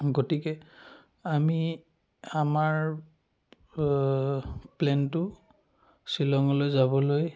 গতিকে আমি আমাৰ প্লেনটো শ্বিলঙলৈ যাবলৈ